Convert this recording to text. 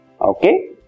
Okay